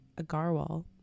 Agarwal